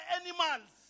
animals